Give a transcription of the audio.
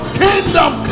kingdom